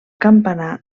campanar